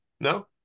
no